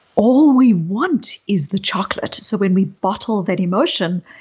all we want is the chocolate. so when we bottle that emotion,